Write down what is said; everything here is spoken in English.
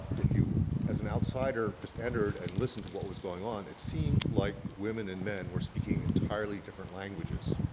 if you as an outsider just entered and listened to what was going on, it seemed like women and men were speaking entirely different languages.